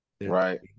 Right